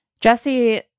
Jesse